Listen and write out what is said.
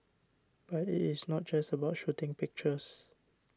but it is not just about shooting pictures